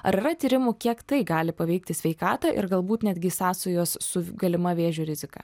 ar yra tyrimų kiek tai gali paveikti sveikatą ir galbūt netgi sąsajos su galima vėžio rizika